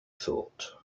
thought